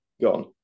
gone